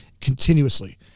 continuously